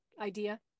idea